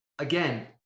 Again